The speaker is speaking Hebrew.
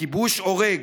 הכיבוש הורג.